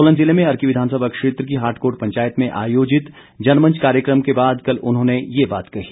सोलन जिले में अर्की विधानसभा क्षेत्र की हाटकोट पंचायत में आयोजित जनमंच कार्यक्रम के बाद कल उन्होंने ये बात कही